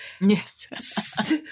Yes